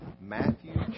Matthew